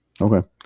okay